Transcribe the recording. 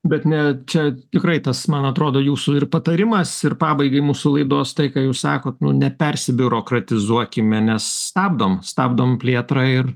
bet ne čia tikrai tas man atrodo jūsų patarimas ir pabaigai mūsų laidos tai ką jūs sakot nu nepersibiurokratizuokime nes stabdom stabdom plėtrą ir